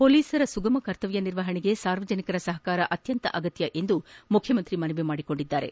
ಪೊಲೀಸರ ಸುಗಮ ಕರ್ತವ್ಯ ನಿರ್ವಹಣೆಗೆ ಸಾರ್ವಜನಿಕರ ಸಹಕಾರ ಅತ್ಯಂತ ಅಗತ್ಯ ಎಂದು ಮುಖ್ಯಮಂತ್ರಿ ಮನವಿ ಮಾಡಿದ್ದಾರೆ